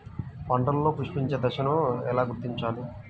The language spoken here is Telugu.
పంటలలో పుష్పించే దశను ఎలా గుర్తించాలి?